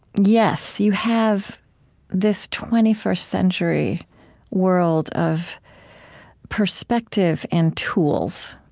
yes, you have this twenty first century world of perspective and tools.